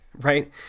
right